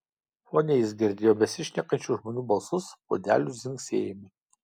fone jis girdėjo besišnekančių žmonių balsus puodelių dzingsėjimą